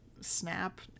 snap